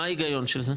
מה ההיגיון של זה?